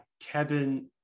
Kevin